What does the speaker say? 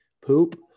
poop